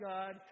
God